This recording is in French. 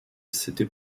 s’était